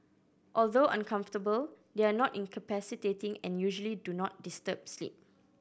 although uncomfortable they are not incapacitating and usually do not disturb sleep